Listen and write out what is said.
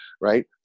right